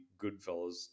goodfellas